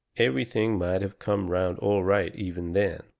everything might have come around all right even then.